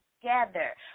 together